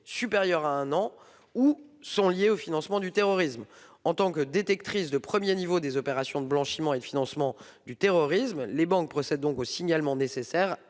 supérieure à un an ou sont liées au financement du terrorisme ». En tant que détectrices de premier niveau des opérations de blanchiment et de financement du terrorisme, les banques procèdent donc aux signalements nécessaires